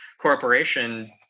corporation